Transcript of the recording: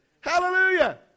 hallelujah